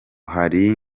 hari